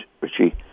Richie